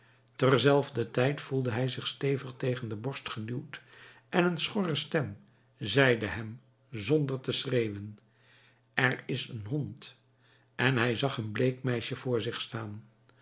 terzelfder tijd voelde hij zich hevig tegen de borst geduwd en een schorre stem zeide hem zonder te schreeuwen er is een hond en hij zag een bleek meisje voor zich staan